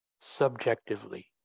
subjectively